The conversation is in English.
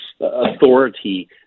authority